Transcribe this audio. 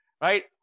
Right